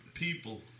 People